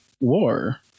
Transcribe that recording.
war